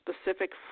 specific